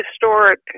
historic